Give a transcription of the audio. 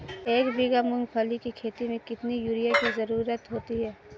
एक बीघा मूंगफली की खेती में कितनी यूरिया की ज़रुरत होती है?